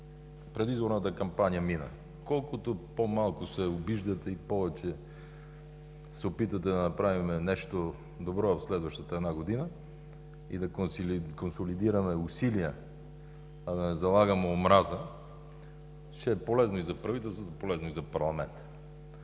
предизборната кампания мина. Колкото по-малко се обиждате и повече се опитвате да направим нещо добро в следващата една година, да консолидираме усилия, а не да залагаме омраза, ще е полезно и за правителството, и за парламента.